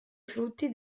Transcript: frutti